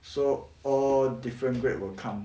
so all different grade will come